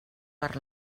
per